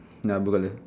ya blue colour